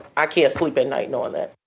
i can't sleep at night knowing that.